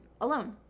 alone